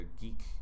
geek